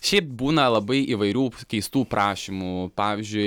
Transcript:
šiaip būna labai įvairių keistų prašymų pavyzdžiui